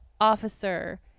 officer